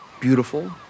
beautiful